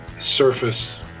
surface